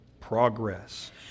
progress